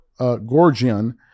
Gorgian